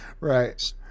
Right